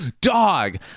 dog